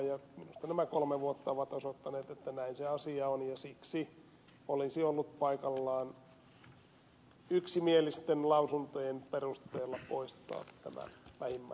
minusta nämä kolme vuotta ovat osoittaneet että näin se asia on ja siksi olisi ollut paikallaan yksimielisten lausuntojen perusteella poistaa tämä vähimmäisraja